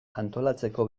antolatzeko